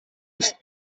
essen